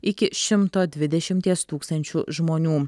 iki šimto dvidešimties tūkstančių žmonių